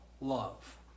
love